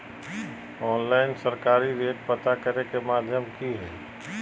Online सरकारी rate पता करे के माध्यम की हय?